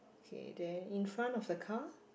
okay then in front of the car